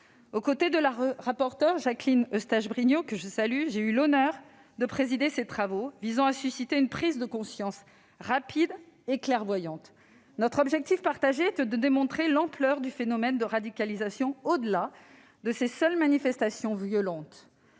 Aux côtés de la rapporteure Jacqueline Eustache-Brinio, que je salue, j'ai eu l'honneur de présider ces travaux visant à susciter une prise de conscience rapide et clairvoyante. Notre objectif partagé était de démontrer l'ampleur du phénomène de radicalisation au-delà de ses seules manifestations violentes.